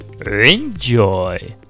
Enjoy